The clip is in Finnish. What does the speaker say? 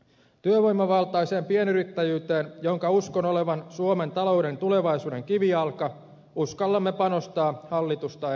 työvoimavaltaiseen pienyrittäjyyteen jonka uskon olevan suomen talouden tulevaisuuden kivijalka uskallamme panostaa hallitusta enemmän